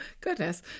Goodness